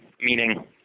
meaning